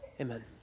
Amen